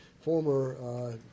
former